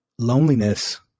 Loneliness